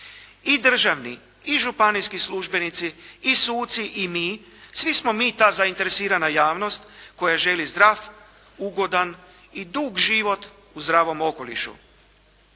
I državni i županijski službenici i suci i mi, svi smo mi ta zainteresirana javnost, koja želi zdrav, ugodan i dug život u zdravom okolišu.